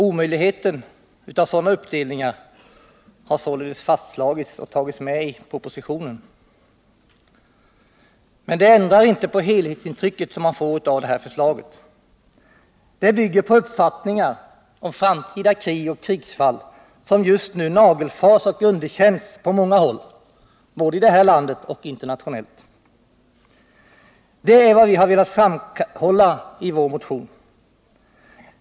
Omöjligheten att göra sådana uppdelningar har således fastslagits och tagits med i propositionen. Men det ändrar inte på det helhetsintryck man får av förslaget. Det bygger på uppfattningar om framtida krig och krigsfall som just nu nagelfars och underkänns på många håll, både i det här landet och internationellt. Detta är vad vi har velat framhålla i vår motion.